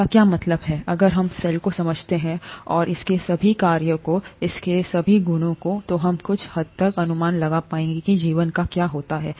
इसका क्या मतलब है अगर हम सेल को समझते हैं और इसके सभी कार्यों को इसके सभी गुणों को तो हम कुछ हद तक अनुमान लगा पाएंगे कि जीवन का क्या होता है